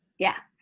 yeah,